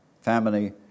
family